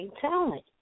talent